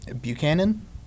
Buchanan